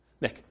Nick